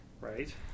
Right